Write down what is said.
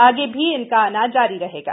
आगे भी इनका आना जारी रहेगा